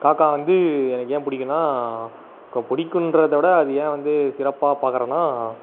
காக்கா வந்து எனக்கு ஏன் பிடிக்குன்னா க பிடிக்குன்றத விட அது ஏன் வந்து சிறப்பாக பார்க்கறேனா